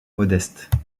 modestes